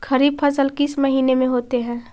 खरिफ फसल किस महीने में होते हैं?